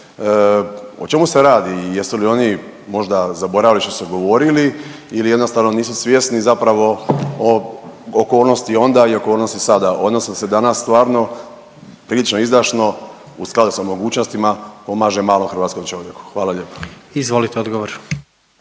o čemu se radi? Jesu li oni možda zaboravili što su govorili ili jednostavno nisu svjesni zapravo okolnosti onda i okolnosti sada, odnosno se danas stvarno prilično izdašno u skladu sa mogućnostima pomaže malom hrvatskom čovjeku. Hvala lijepo. **Jandroković,